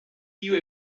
you